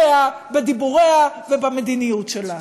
בחוקיה, בדיבוריה ובמדיניות שלה.